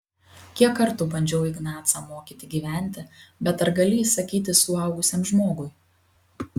kiek kartų bandžiau ignacą mokyti gyventi bet ar gali įsakyti suaugusiam žmogui